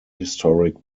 historic